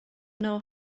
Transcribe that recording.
know